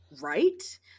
right